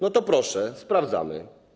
No to proszę, sprawdzamy.